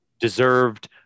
Deserved